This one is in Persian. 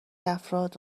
افراد